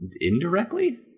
Indirectly